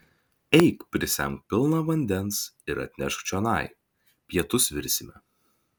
eik prisemk pilną vandens ir atnešk čionai pietus virsime